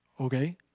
okay